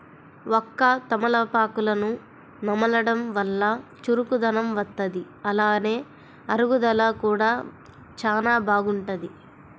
వక్క, తమలపాకులను నమలడం వల్ల చురుకుదనం వత్తది, అలానే అరుగుదల కూడా చానా బాగుంటది